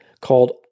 called